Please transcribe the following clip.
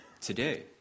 today